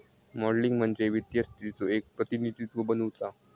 modelling म्हणजे वित्तीय स्थितीचो एक प्रतिनिधित्व बनवुचा